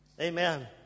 Amen